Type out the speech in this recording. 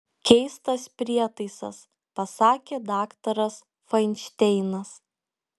keistas prietaisas pasakė daktaras fainšteinas